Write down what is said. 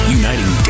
uniting